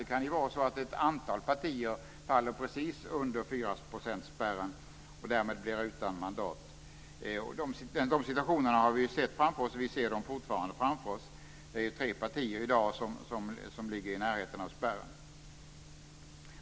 Det kan vara så att ett antal partier faller precis under 4-procentsspärren och därmed blir utan mandat. Vi har sett sådana situationer framför oss, och vi kan fortfarande se dem framför oss. I dag ligger tre partier i närheten av spärren.